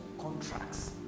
contracts